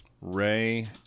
Ray